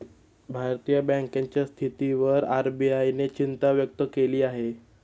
भारतीय बँकांच्या स्थितीवर आर.बी.आय ने चिंता व्यक्त केली आहे